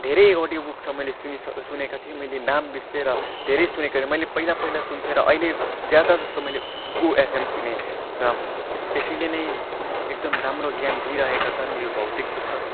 धेरै audio book छ मैले सुनिस सुनेको थिएँ मैले नाम बिर्सेँ र धेरै सुनेको थिएँ मैले पहिला पहिला सुन्थेँ र अहिले ज्यादा जस्तो मैले कुकु एफएम सुनेँ र त्यसैले नै एकदम राम्रो ज्ञान दिइरहेको रहेका छन् यो भौतिक पुस्तक